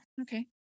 okay